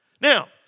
Now